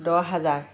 দহ হাজাৰ